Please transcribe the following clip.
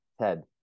Ted